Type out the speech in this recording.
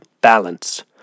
balance